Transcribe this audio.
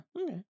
Okay